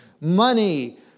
money